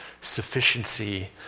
sufficiency